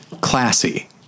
classy